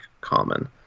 common